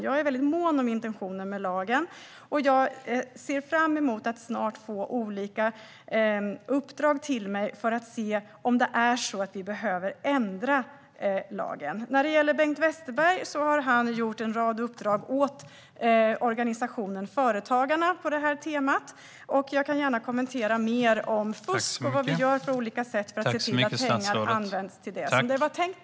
Jag är väldigt mån om intentionen med lagen, och jag ser fram emot att snart få olika uppdrag till mig för att se om det är så att vi behöver ändra lagen. När det gäller Bengt Westerberg har han utfört en rad uppdrag på det här temat åt organisationen Företagarna. Jag kan gärna kommentera mer om fusk och vad vi gör för att på olika sätt se till att pengar används till det som det var tänkt.